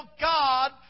God